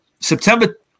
September